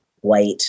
white